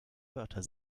wörter